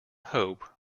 hope